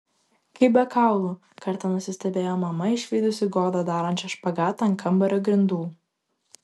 kaip be kaulų kartą nusistebėjo mama išvydusi godą darančią špagatą ant kambario grindų